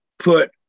put